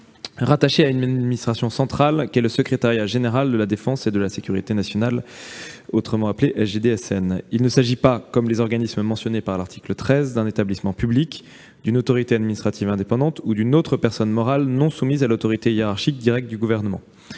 rattaché à une administration centrale, le Secrétariat général de la défense et de la sécurité nationale, le SGDSN. Il ne s'agit pas, comme les organismes mentionnés par l'article 13, d'un établissement public, d'une autorité administrative indépendante ou d'une autre personne morale non soumise à l'autorité hiérarchique directe du Gouvernement.